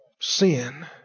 Sin